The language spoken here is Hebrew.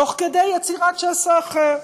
תוך כדי יצירת שסע אחר.